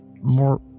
more